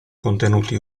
contenuti